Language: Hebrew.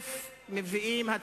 היום בוועדה